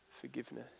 forgiveness